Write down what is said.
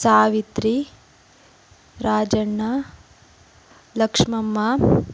Savitri Rajanna Lakshmamma